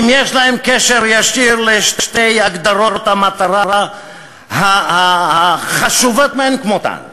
אם יש להם קשר ישיר לשתי הגדרות המטרה החשובות מאין כמותן.